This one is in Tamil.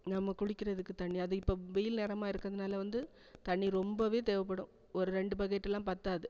நம்ம குளிக்கிறதுக்கு தண்ணி அதுவும் இப்போ வெயில் நேரமாக இருக்கிறதுனால வந்து தண்ணி ரொம்பவே தேவைப்படும் ஒரு ரெண்டு பக்கெட்டுலாம் பத்தாது